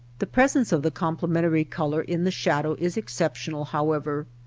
the presence of the complementary color in the shadow is exceptional, however.